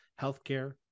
healthcare